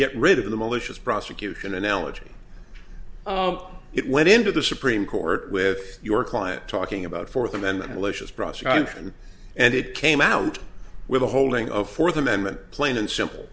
get rid of the malicious prosecution analogy it went into the supreme court with your client talking about fourth amendment malicious prosecution and it came out with a holding of fourth amendment plain and simple